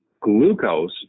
glucose